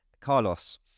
Carlos